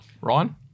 Ryan